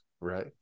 right